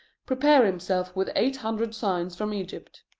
prepare himself with eight hundred signs from egypt.